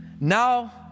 now